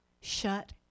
Shut